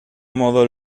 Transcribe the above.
modo